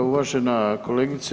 Uvažena kolegice.